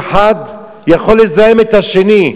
שאחד יכול לזהם את השני.